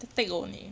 just take only